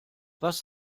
was